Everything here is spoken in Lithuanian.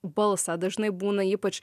balsą dažnai būna ypač